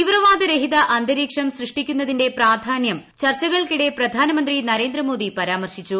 തീവ്രവാദ രഹിത അന്തരീക്ഷം സൃഷ്ടിക്കുന്നതിന്റെ പ്രാധാന്യം ചർച്ചകൾക്കിടെ പ്രധാനമന്ത്രി നരേന്ദ്രമോദി പരാമർശിച്ചു